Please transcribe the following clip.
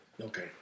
okay